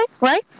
Right